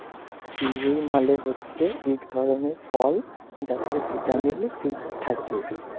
kiwi মালে হছে ইক ধরলের ফল যাতে ভিটামিল সি থ্যাকে